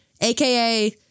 aka